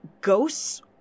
ghosts